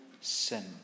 sin